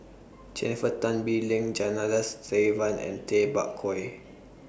Jennifer Tan Bee Leng Janadas Devan and Tay Bak Koi